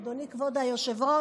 כבוד היושב-ראש,